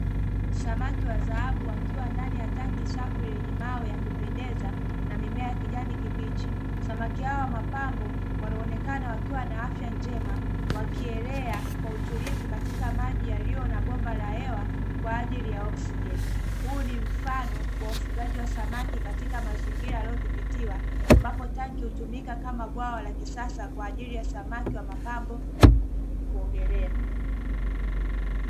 Samaki wa dhahabu wakiwa ndani ya tangi safi lenye mawe ya kupendeza na mimea ya kijani kibichi, samaki hawa wa mapambo wanaonekana wakiwa na afya njema wakielea kwa utulivu katika maji yaliyo na bomba la hewa kwa ajili ya oksijeni. Huu ni mfano wa ufugaji wa samaki katika mazingira yaliyodhibitiwa, ambapo tangi hutumika kama bwawa la kisasa kwa ajili ya samaki wa mapambo kuogelea.